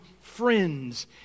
friends